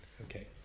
Okay